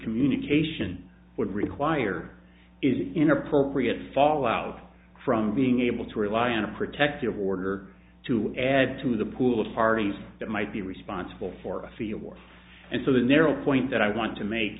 communication would require is an inappropriate fall out from being able to rely on a protective order to add to the pool of parties that might be responsible for a fee or and so the narrow point that i want to make